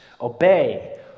Obey